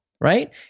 right